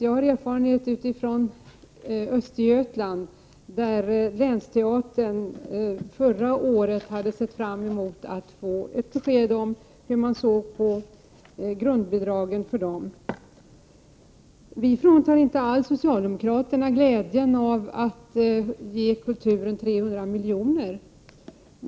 Jag har erfarenhet från Östergötland, där länsteatern förra året hoppades att få ett besked om hur man såg på teaterns grundbidrag. Vi vill inte alls frånta socialdemokraterna glädjen av att ge kulturen 300 milj.kr.